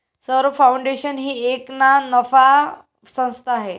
Saurabh foundation ही एक ना नफा संस्था आहे